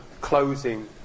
closing